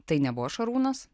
tai nebuvo šarūnas